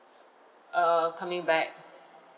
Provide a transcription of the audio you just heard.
err coming back